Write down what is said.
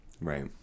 right